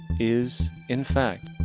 is, in fact,